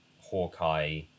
Hawkeye